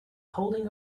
holding